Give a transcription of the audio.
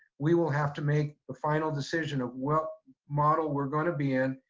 we will have to make the final decision of what model we're going to be in,